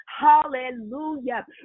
hallelujah